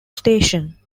station